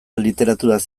literaturaz